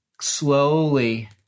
slowly